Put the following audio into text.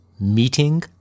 Meeting